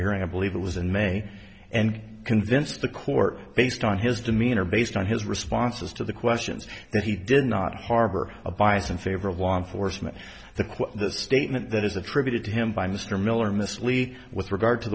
hearing a believe it was in may and convinced the court based on his demeanor based on his responses to the questions that he did not harbor a bias in favor of law enforcement the quote the statement that is attributed to him by mr miller miss lee with regard to